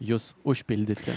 jus užpildyti